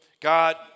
God